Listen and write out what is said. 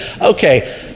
Okay